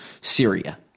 Syria